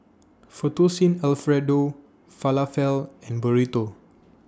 Fettuccine Alfredo Falafel and Burrito